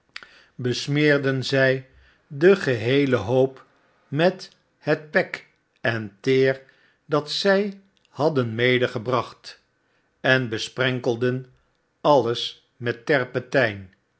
smeerden zrj den geheelen hoop met het pek en teer dat zij hadden medegebracht en besprenkelden alles met terpentijn